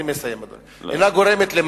אני מסיים, אדוני.